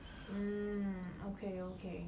mm okay okay